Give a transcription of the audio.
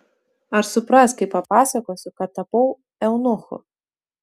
ar supras kai papasakosiu kad tapau eunuchu